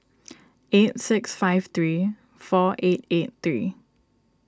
eight six five three four eight eight three